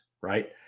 right